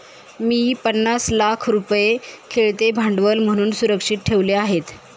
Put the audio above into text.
मी पन्नास लाख रुपये खेळते भांडवल म्हणून सुरक्षित ठेवले आहेत